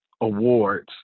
awards